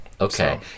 Okay